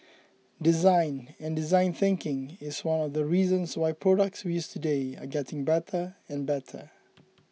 design and design thinking is one of the reasons why products we use today are getting better and better